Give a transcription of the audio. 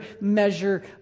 measure